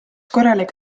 korralik